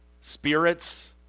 Spirits